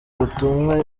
butumwa